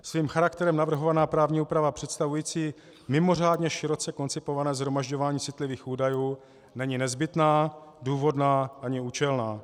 Svým charakterem navrhovaná právní úprava představující mimořádně široce koncipované shromažďování citlivých údajů není nezbytná, důvodná ani účelná.